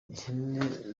ihene